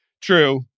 True